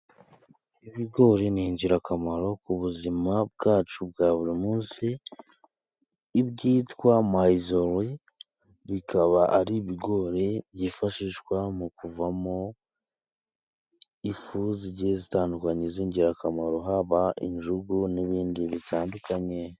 Ibigori ni ingirakamaro ku buzima bwacu bwa buri munsi. Ibyitwa mayizoli bikaba ari ibigori byifashishwa mu kuvamo ifu zigiye zitandukanye z'ingirakamaro, haba injugu n'ibindi bitandukanye.